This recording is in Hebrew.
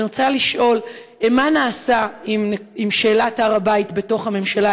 אני רוצה לשאול: מה נעשה בשאלת הר הבית בתוך הממשלה?